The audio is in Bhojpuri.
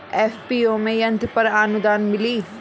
एफ.पी.ओ में यंत्र पर आनुदान मिँली?